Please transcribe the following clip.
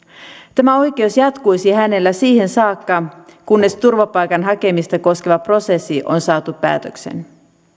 tämä oikeus jatkuisi hänellä siihen saakka kunnes turvapaikan hakemista koskeva prosessi on saatu päätökseen